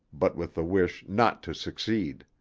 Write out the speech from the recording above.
but with the wish not to succeed.